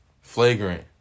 flagrant